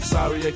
Sorry